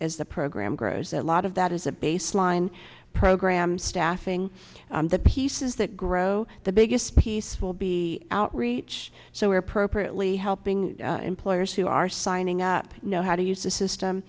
as the program grows that a lot of that is a baseline program staffing the pieces that grow the biggest piece will be outreach so we're appropriately helping employers who are signing up know how to use the system